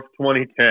2010